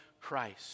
Christ